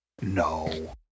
No